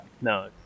No